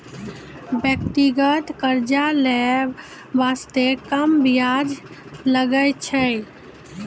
व्यक्तिगत कर्जा लै बासते कम बियाज लागै छै